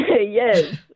yes